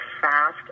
fast